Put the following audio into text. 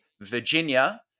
Virginia